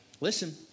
listen